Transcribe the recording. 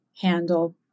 handle